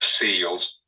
Seals